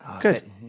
Good